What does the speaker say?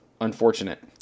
unfortunate